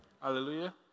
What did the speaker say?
Hallelujah